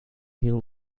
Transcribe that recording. hill